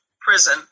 prison